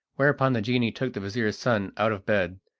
whereupon the genie took the vizir's son out of bed,